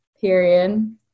period